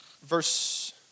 verse